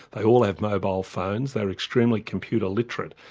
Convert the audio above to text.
they all have mobile phones, they're extremely computer literate.